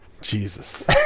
Jesus